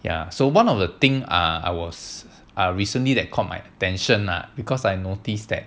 ya so one of the thing ah I was ah recently that caught my attention that because I noticed that